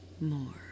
more